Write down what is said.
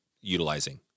utilizing